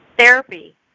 therapy